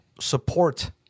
support